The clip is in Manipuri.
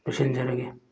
ꯂꯣꯏꯁꯤꯟꯖꯔꯒꯦ